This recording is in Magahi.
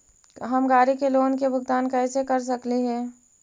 हम गाड़ी के लोन के भुगतान कैसे कर सकली हे?